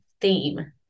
theme